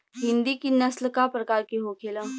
हिंदी की नस्ल का प्रकार के होखे ला?